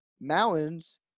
mountains